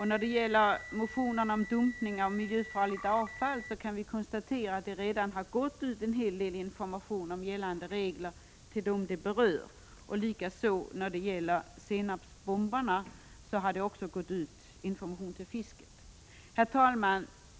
När det gäller motionen om dumpning av miljöfarligt avfall kan vi konstatera att det redan har gått ut en hel del information om gällande regler till dem som berörs. Och i fråga om senapsgasbomberna har det också gått ut information till fisket. Herr talman!